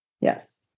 Yes